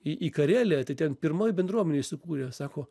į į kareliją tai ten pirmoji bendruomenė įsikūrė sako